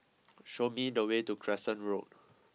show me the way to Crescent Road